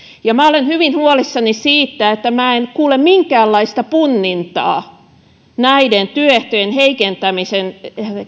ja minä olen hyvin huolissani siitä että minä en kuule minkäänlaista punnintaa työehtojen heikentämisen